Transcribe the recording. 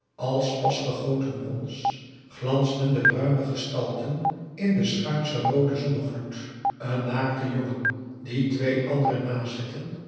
als pasgegoten brons glansden de bruine gestalten in den schuinschen rooden zonnegloed een naakte jongen dien twee andere nazetten